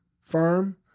firm